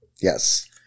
Yes